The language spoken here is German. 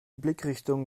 blickrichtung